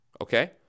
okay